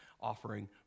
offering